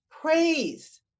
praise